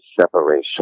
separation